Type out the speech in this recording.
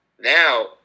Now